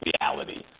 reality